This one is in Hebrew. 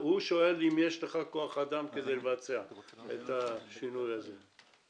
הוא שואל אם יש לך כוח אדם כדי לבצע את השינוי הזה.